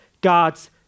God's